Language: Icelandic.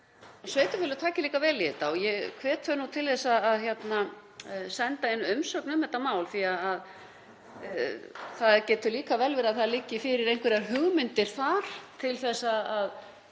sveitarfélög taki líka vel í þetta og ég hvet þau til að senda inn umsögn um þetta mál því að það getur líka vel verið að það liggi fyrir einhverjar hugmyndir þar til að